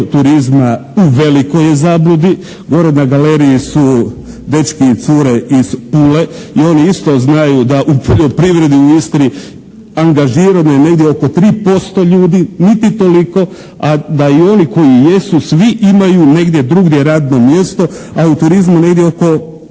turizma u velikoj je zabludi. Gore na galeriji su dečki i cure iz Pule i oni isto znaju da u poljoprivredi u Istri angažirano je negdje oko 3% ljudi, niti toliko a da i oni koji jesu svi imaju negdje drugdje radno mjesto a u turizmu negdje oko